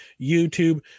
youtube